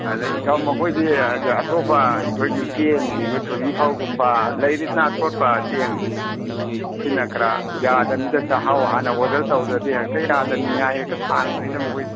ꯑꯗꯒꯤ ꯏꯇꯥꯎ ꯃꯈꯣꯏꯗꯤ ꯑꯇꯣꯞꯄ ꯑꯩꯈꯣꯏꯒꯤ ꯆꯦꯡ ꯑꯩꯈꯣꯏ ꯊꯣꯏꯕꯤ ꯐꯧꯒꯨꯝꯕ ꯂꯩꯔꯤꯗꯅ ꯑꯊꯣꯠꯄ ꯆꯦꯡ ꯁꯤꯅꯀ꯭ꯔꯥ ꯌꯥꯗꯃꯤꯗ ꯆꯥꯛꯍꯥꯎ ꯍꯥꯟꯅ ꯑꯣꯗꯔ ꯇꯧꯗ꯭ꯔꯗꯤ ꯍꯦꯛꯇ ꯌꯥꯗꯃꯤ ꯅꯤꯡꯉꯥꯏ ꯍꯦꯛꯇ ꯊꯥꯡꯕꯅꯤꯗ ꯃꯈꯣꯏꯗꯤ